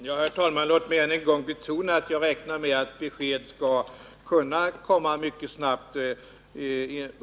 Herr talman! Låt mig än en gång betona att jag räknar med att besked skall kunna komma mycket snart.